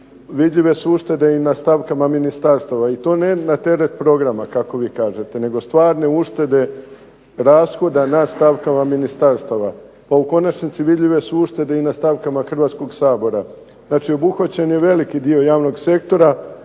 Vidljive su uštede i na stavkama ministarstava i to ne na teret programa kako vi kažete nego stvarne uštede rashoda na stavkama ministarstava. Pa u konačnici vidljive su uštede i na stavkama Hrvatskog sabora. Znači, obuhvaćen je veliki dio javnog sektora.